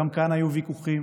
גם כאן היו ויכוחים,